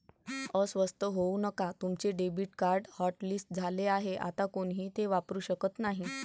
अस्वस्थ होऊ नका तुमचे डेबिट कार्ड हॉटलिस्ट झाले आहे आता कोणीही ते वापरू शकत नाही